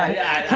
i